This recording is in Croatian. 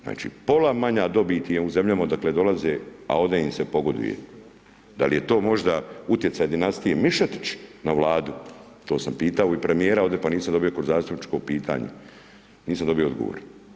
Znači, pola manja dobit je u zemljama odakle dolaze, a ovdje im se pogoduje, dal je to možda utjecaj dinastije Mišetić na Vladu, to sam pitao i premijera ovdje, pa nisam dobio neko zastupničko pitanje, nisam dobio odgovor.